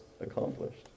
accomplished